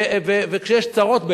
וכשיש צרות,